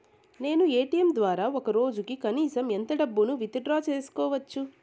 నేను ఎ.టి.ఎం ద్వారా ఒక రోజుకి కనీసం ఎంత డబ్బును విత్ డ్రా సేసుకోవచ్చు?